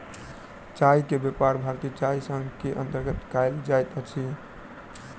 चाह के व्यापार भारतीय चाय संग के अंतर्गत कयल जाइत अछि